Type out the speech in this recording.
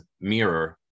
mirror